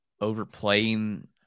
overplaying